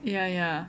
ya ya